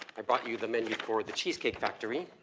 i brought you the menu for the cheesecake factory